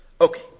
Okay